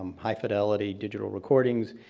um high fidelity digital recordings.